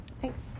thanks